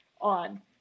on